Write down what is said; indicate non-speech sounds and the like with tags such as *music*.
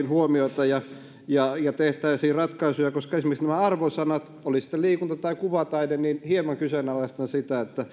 *unintelligible* huomiota ja ja tehtäisiin ratkaisuja esimerkiksi nämä arvosanat oli sitten liikunta tai kuvataide hieman kyseenalaistan sitä